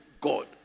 God